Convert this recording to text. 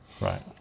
Right